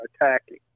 attacking